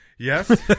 Yes